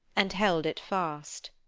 and held it fast.